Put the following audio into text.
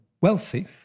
wealthy